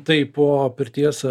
tai po pirties